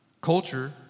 Culture